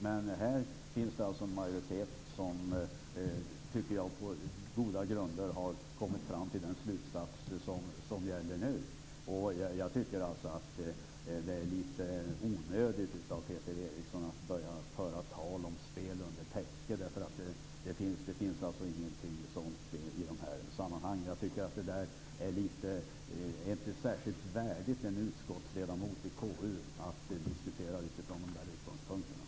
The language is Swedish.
Men det finns alltså en majoritet som på goda grunder har kommit fram till den slutsats som gäller nu. Jag tycker alltså att det är litet onödigt av Peter Eriksson att börja föra tal om spel under täcket. Det finns alltså ingenting sådant i dessa sammanhang. Jag tycker inte att det är särskilt värdigt en utskottsledamot i konstitutionsutskottet att diskutera utifrån dessa utgångspunkter.